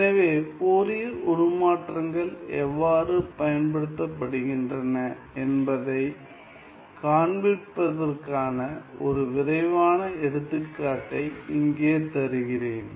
எனவே ஃபோரியர் உருமாற்றங்கள் எவ்வாறு பயன்படுத்தப்படுகின்றன என்பதைக் காண்பிப்பதற்கான ஒரு விரைவான எடுத்துக்காட்டை இங்கே தருகிறேன்